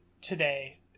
today